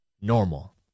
normal